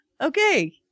Okay